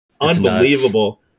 Unbelievable